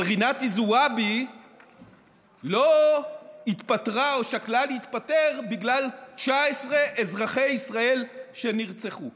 אבל רינאוי זועבי לא התפטרה או שקלה להתפטר בגלל 19 אזרחי ישראל שנרצחו.